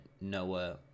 Noah